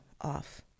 off